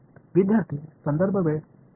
இதைச் செய்வதே எங்கள் நோக்கம்